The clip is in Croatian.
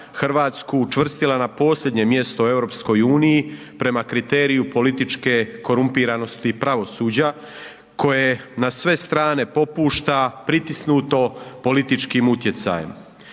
Hrvatsku učvrstila na posljednje mjesto u EU prema kriteriju političke korumpiranosti pravosuđa koje na sve strane popušta, pritisnuto političkim utjecajem.